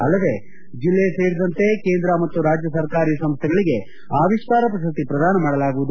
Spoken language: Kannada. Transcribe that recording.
ಅಲ್ಲದೆ ಜಿಲ್ಲೆ ಸೇರಿದಂತೆ ಕೇಂದ್ರ ಮತ್ತು ರಾಜ್ಯ ಸರ್ಕಾರಿ ಸಂಸ್ಥೆಗಳಿಗೆ ಅವಿಷ್ಠಾರ ಪ್ರಶಸ್ನಿ ಪ್ರದಾನ ಮಾಡಲಾಗುವುದು